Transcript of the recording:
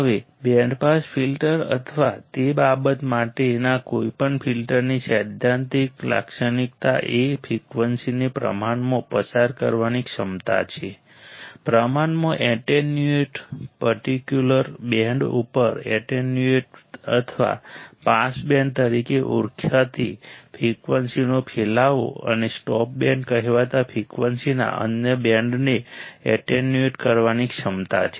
હવે band pass filter અથવા તે બાબત માટેના કોઈપણ ફિલ્ટરની સૈદ્ધાંતિક લાક્ષણિકતા એ ફ્રિકવન્સીને પ્રમાણમાં પસાર કરવાની ક્ષમતા છે પ્રમાણમાં અટેન્યુએટેડ પર્ટિક્યુલર બેન્ડ ઉપર અટેન્યુએટેડ અથવા પાસ બેન્ડ તરીકે ઓળખાતી ફ્રિકવન્સીનો ફેલાવો અને સ્ટોપ બેન્ડ કહેવાતા ફ્રિકવન્સીના અન્ય બેન્ડને એટેન્યુએટ કરવાની ક્ષમતા છે